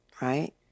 right